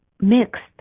mixed